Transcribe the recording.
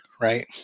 right